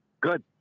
good